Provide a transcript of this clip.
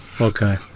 okay